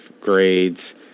grades